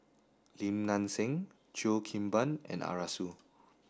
Lim Nang Seng Cheo Kim Ban and Arasu